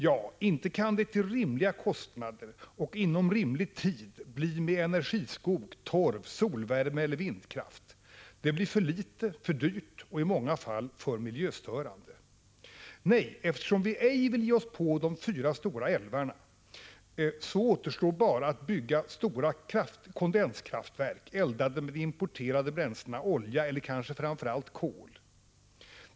Ja, inte kan det till rimliga kostnader och inom rimlig tid bli med energiskog, torv, solvärme eller vindkraft. Det blir för litet, för dyrt och i många fall för miljöstörande. Nej, eftersom vi inte vill ge oss på de fyra stora älvarna återstår bara att bygga stora kondenskraftverk, eldade med de importerade bränslena olja eller kanske framför allt kol.